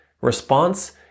response